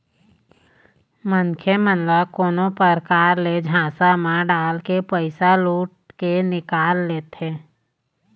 मनखे मन ल कोनो परकार ले झांसा म डालके पइसा लुट के निकाल लेथें